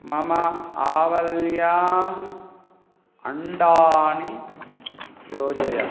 मम आवल्याम् अण्डानि योजय